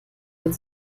weil